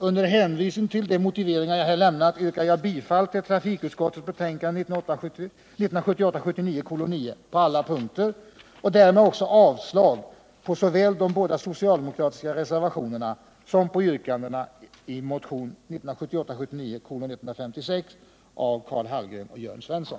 Under hänvisning till de motiveringar jag här lämnat yrkar jag bifall till trafikutskottets hemställan i dess betänkande 1978 79:156 av Karl Hallgren och Jörn Svensson.